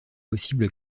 possible